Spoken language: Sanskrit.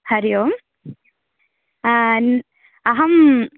हरि ओम् अहम्